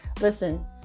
Listen